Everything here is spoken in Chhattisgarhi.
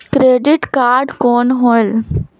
क्रेडिट कारड कौन होएल?